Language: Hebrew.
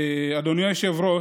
אדוני היושב-ראש,